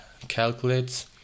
calculates